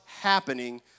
happening